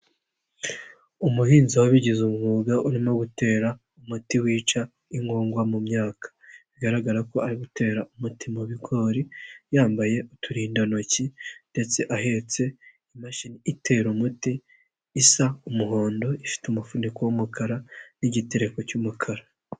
Umuhinzi wabigize umwuga urimo gutera umuti wica inkongwa mu myaka, bigaragara ko ari gutera umuti mu bigori yambaye uturindantoki ndetse ahetse imashini itera umuti isa umuhondo, ifite umufuniko w'umukara n'igitereko cy'umukara.